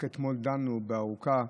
רק אתמול דנו באריכות